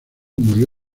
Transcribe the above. murió